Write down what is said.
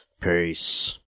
Peace